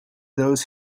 those